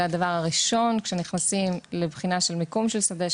זה הדבר הראשון כשנכנסים לבחינה של מיקום של שדה,